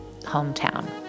hometown